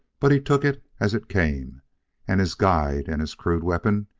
but he took it as it came and his guide, and his crude weapon,